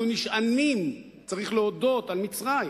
אנחנו נשענים, צריך להודות, על מצרים,